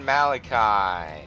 Malachi